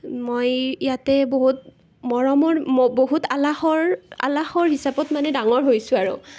মই ইয়াতে বহুত মৰমৰ ম বহুত আলাসৰ হিচাপত মানে ডাঙৰ হৈছোঁ আৰু